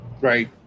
Right